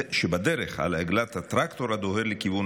שבדרך על עגלת הטרקטור הדוהר לכיוון